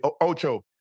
Ocho